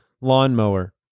lawnmower